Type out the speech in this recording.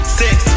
six